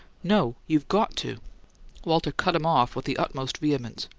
no. you've got to walter cut him off with the utmost vehemence.